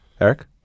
Eric